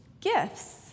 Gifts